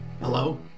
Hello